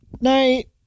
Night